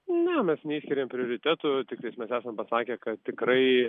ne mes neišskiriam prioritetų tiktais mes esam pasakę kad tikrai